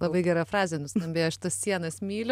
labai gera frazė nuskambėjo aš tas sienas myliu